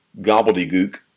gobbledygook